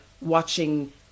watching